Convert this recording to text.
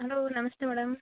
hello ನಮಸ್ತೇ madam